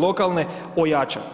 lokalne ojača.